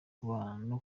kubona